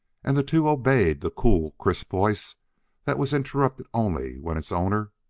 and the two obeyed the cool, crisp voice that was interrupted only when its owner,